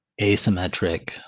asymmetric